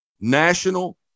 national